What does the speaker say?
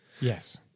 yes